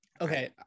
Okay